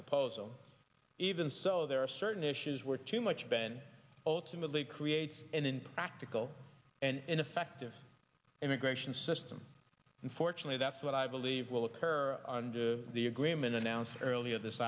proposal even so there are certain issues were too much been ultimately creates and in practical and effective immigration system unfortunately that's what i believe will occur under the agreement announced earlier this